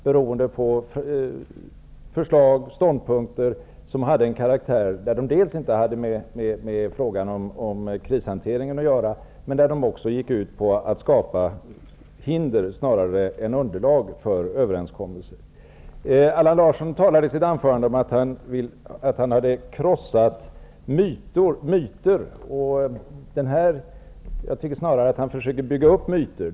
Det förekom förslag och ståndpunkter som dels inte hade med krishanteringen att göra, dels gick ut på att skapa hinder snarare än underlag för överenskommelser. Allan Larsson sade i sitt anförande att han hade krossat myter. Jag tycker snarare att han försöker bygga upp myter.